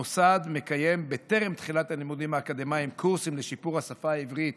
המוסד מקיים בטרם תחילת הלימודים האקדמיים קורסים לשיפור השפה העברית